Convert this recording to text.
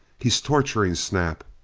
he's torturing snap!